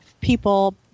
people